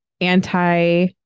anti-